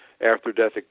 after-death